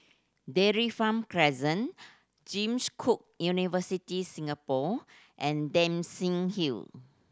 Dairy Farm Crescent James Cook University Singapore and Dempsey Hill